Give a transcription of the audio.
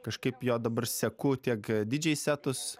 kažkaip jo dabar seku tiek didžiai setus